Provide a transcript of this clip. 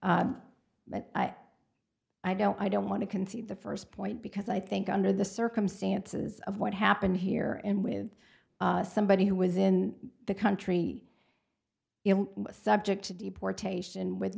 r but i don't i don't want to concede the first point because i think under the circumstances of what happened here and with somebody who was in the country subject to deportation with